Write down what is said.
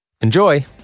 Enjoy